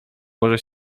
może